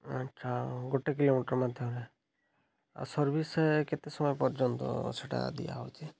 ଆଚ୍ଛା ଗୋଟେ କିଲୋମିଟର୍ ମଧ୍ୟରେ ଆଉ ସର୍ଭିସ୍ କେତେ ସମୟ ପର୍ଯ୍ୟନ୍ତ ସେଟା ଦିଆହେଉଛି